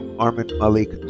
armond malik